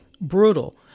Brutal